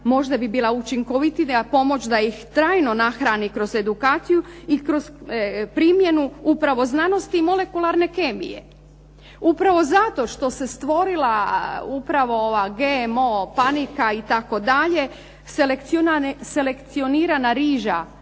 možda bi bila učinkovitija pomoć da ih trajno nahrani kroz edukaciju i kroz primjenu upravo znanosti molekularne kemije. Upravo zato što se stvorila upravo ova GMO panika itd., selekcionirana riža